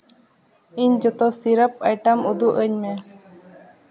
ᱤᱧ ᱡᱚᱛᱚ syrup item ᱩᱫᱩᱜᱼᱟᱹᱧ ᱢᱮ